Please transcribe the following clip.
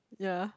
ya